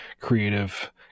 creative